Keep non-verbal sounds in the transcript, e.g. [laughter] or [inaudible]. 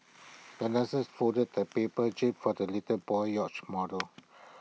[noise] the nurse folded A paper jib for the little boy's yacht model [noise]